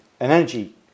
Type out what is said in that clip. energy